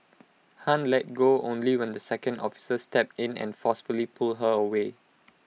han let go only when the second officer stepped in and forcefully pulled her away